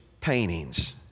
paintings